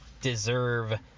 deserve